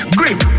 grip